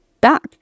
back